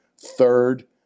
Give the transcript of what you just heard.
third